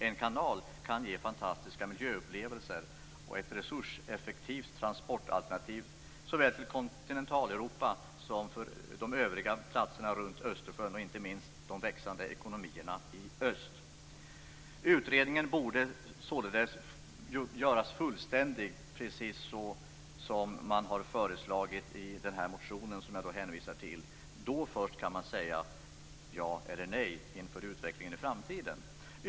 En kanal kan ge fantastiska miljöupplevelser och bli ett resurseffektivt transportalternativ såväl till Kontinentaleuropa som till övriga platser runt Östersjön, inte minst de växande ekonomierna i öst. Utredningen borde således göras fullständig, precis som man har föreslagit i den motion som jag hänvisar till. Först då kan man säga ja eller nej inför utvecklingen i framtiden.